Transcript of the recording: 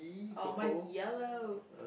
oh mine is yellow